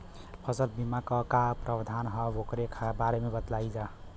फसल बीमा क का प्रावधान हैं वोकरे बारे में बतावल जा?